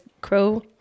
crow